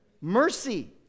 Mercy